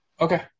okay